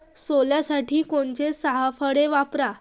सोल्यासाठी कोनचे सापळे वापराव?